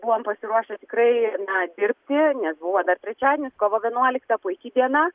buvom pasiruošę tikrai na dirbti nes buvo dar trečiadienis kovo vienuolikta puiki diena